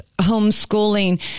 homeschooling